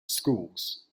schools